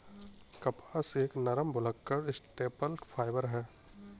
कपास एक नरम, भुलक्कड़ स्टेपल फाइबर है